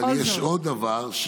אבל יש עוד דבר.